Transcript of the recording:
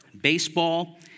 Baseball